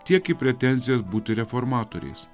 tiek į pretenzijas būti reformatoriais